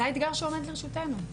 זה האתגר שעומד לרשותנו,